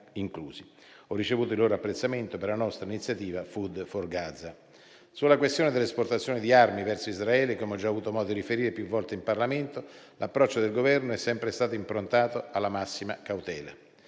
ho ricevuto il loro apprezzamento per la nostra iniziativa Food for Gaza. Sulla questione dell'esportazione di armi verso Israele - come ho già avuto modo di riferire più volte in Parlamento - l'approccio del Governo è sempre stato improntato alla massima cautela.